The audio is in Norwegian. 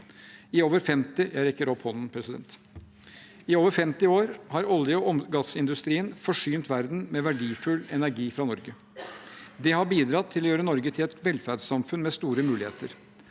jeg rekker opp hånden, president. I over 50 år har olje- og gassindustrien forsynt verden med verdifull energi fra Norge. Det har bidratt til å gjøre Norge til et velferdssamfunn med store muligheter.